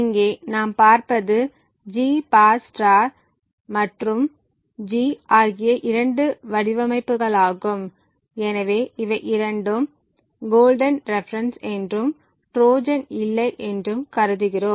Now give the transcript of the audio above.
இங்கே நாம் பார்ப்பது G மற்றும் G ஆகிய இரண்டு வடிவமைப்புகளாகும் எனவே இவை இரண்டும் கோல்டன் ரெப்பரன்ஸ் என்றும் ட்ரோஜன் இல்லை என்றும் கருதுகிறோம்